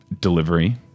delivery